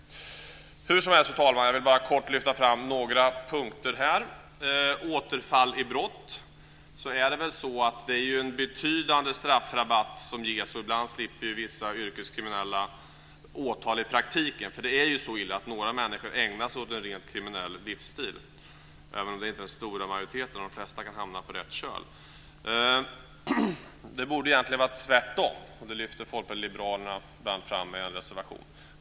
Fru talman! Jag vill kort lyfta fram några punkter. Det handlar först om återfall i brott. Det är en betydande straffrabatt som ges. Ibland slipper vissa yrkeskriminella i praktiken åtal. Det är så illa att några människor ägnar sig åt en rent kriminell livsstil, även om det inte är den stora majoriteten. De flesta kan hamna på rätt köl. Det borde egentligen vara de andra. Det lyfter Folkpartiet liberalerna fram i en reservation.